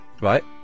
Right